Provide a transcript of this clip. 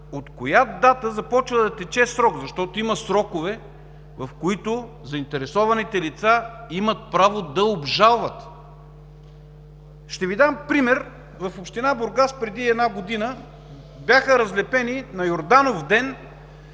от коя дата започва да тече срок, защото има срокове, в които заинтересованите лица имат право да обжалват. Ще Ви дам пример. В община Бургас преди една година на Йордановден